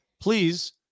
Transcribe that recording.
Please